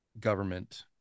government